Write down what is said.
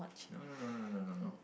no no no no no no no